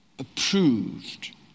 approved